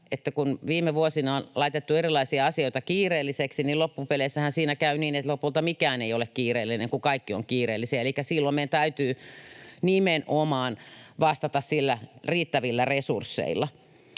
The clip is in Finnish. että kun viime vuosina on laitettu erilaisia asioita kiireelliseksi, niin loppupeleissähän siinä käy niin, että lopulta mikään ei ole kiireellinen, kun kaikki ovat kiireellisiä. Elikkä silloin meidän täytyy nimenomaan vastata riittävillä resursseilla.